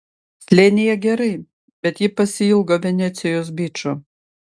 slėnyje gerai bet ji pasiilgo venecijos byčo